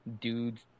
dudes